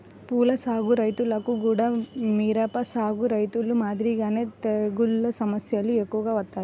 పూల సాగు రైతులకు గూడా మిరప సాగు రైతులు మాదిరిగానే తెగుల్ల సమస్యలు ఎక్కువగా వత్తాయి